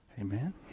Amen